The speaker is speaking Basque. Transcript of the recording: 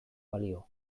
balio